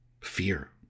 Fear